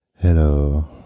Hello